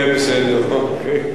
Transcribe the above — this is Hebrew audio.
כן, בסדר, אוקיי.